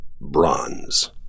bronze